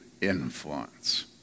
influence